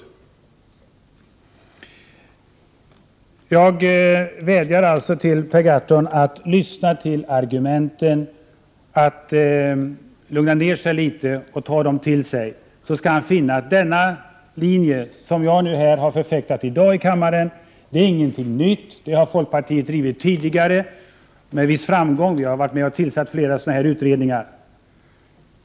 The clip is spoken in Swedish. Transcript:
65 Jag vädjar alltså till Per Gahrton att lyssna till argumenten, att lugna ner sig litet och att ta dem till sig. Då skall han finna att den linje som jag har förfäktat i dag här i kammaren inte är någonting nytt. Den har folkpartiet drivit tidigare, med viss framgång — vi har varit med och tillsatt flera sådana utredningar.